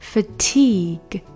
Fatigue